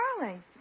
darling